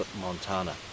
Montana